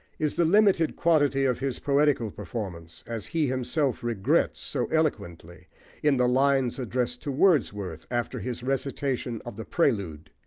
is the limited quantity of his poetical performance, as he himself regrets so eloquently in the lines addressed to wordsworth after his recitation of the prelude.